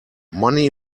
money